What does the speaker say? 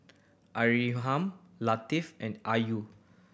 Latif and Ayu